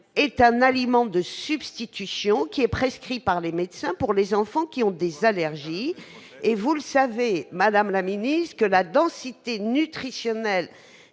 est un aliment de substitution qui est prescrit par les médecins pour les enfants ayant des allergies. Comme vous le savez, la densité nutritionnelle